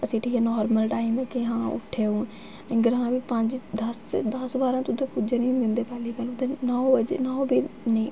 city दा normal time आं उट्ठे हून ग्रांऽ दे पंज दस दस बारां ते उ'त्थें पुज्जन निं दिंदे पैह्ली पैह्ले ते नौ होऐ ते नेईं